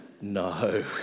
no